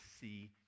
see